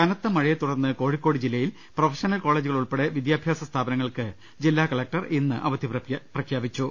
കനത്തമഴയെ തുടർന്ന് കോഴിക്കോട് ജില്ലയിലെ professional കോളജുകൾ ഉൾപ്പെടെ എല്ലാ വിദ്യാഭ്യാസ സ്ഥാപന ങ്ങൾക്കും ജില്ലാകലക്ടർ ഇന്ന് അവധി പ്രഖ്യാപ്പിച്ചു